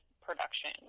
production